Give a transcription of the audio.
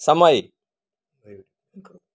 સમય